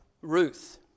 Ruth